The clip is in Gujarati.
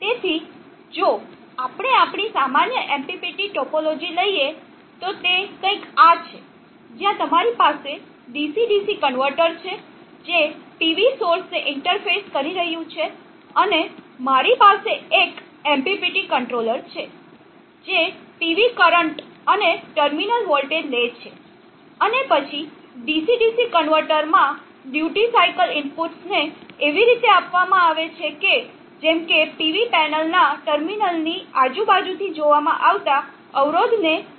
તેથી જો આપણે આપણી સામાન્ય MPPT ટોપોલોજી લઈએ તો તે કંઈક આ છે જ્યાં તમારી પાસે DC DC કન્વર્ટર છે જે PV સોર્સને ઇન્ટરફેસ કરી રહ્યું છે અને મારી પાસે એક MPPT કંટ્રોલર છે જે PV કરંટ અને ટર્મિનલ વોલ્ટેજ લે છે અને પછી DC DC કન્વર્ટરમાં ડ્યુટી સાઇકલ ઇનપુટ્સ ને એવી રીતે આપવામાં આવે છે કે જેમ કે PV પેનલના ટર્મિનલની આજુબાજુથી જોવામાં આવતા અવરોધને નિયંત્રિત કરી શકાય